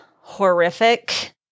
horrific